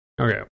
Okay